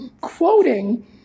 quoting